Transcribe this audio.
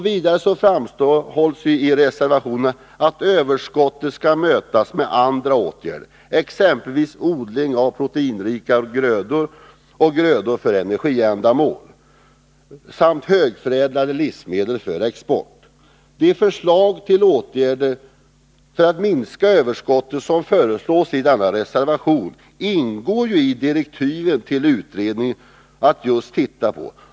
Vidare framhålls i reservationen att överskottet skall mötas med andra åtgärder, exempelvis odling av proteinrika grödor och grödor för energiändamål samt högförädlade livsmedel för export. De förslag till åtgärder för att minska överskottet som föreslås i denna reservation ingår emellertid i vad utredningen enligt direktiven skall titta på.